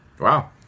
Wow